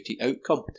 outcome